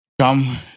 come